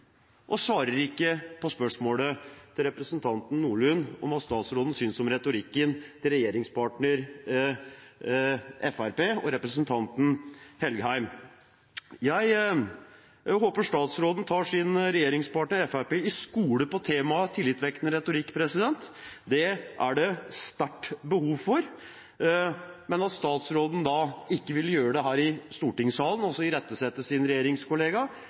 og svarer ikke på spørsmålet fra representanten Nordlund om hva statsråden synes om retorikken til regjeringspartner Fremskrittspartiet og representanten Engen-Helgheim. Jeg håper statsråden tar sin regjeringspartner Fremskrittspartiet i skole om temaet «tillitvekkende retorikk». Det er det sterkt behov for. At statsråden ikke vil irettesette sin regjeringskollega her i stortingssalen,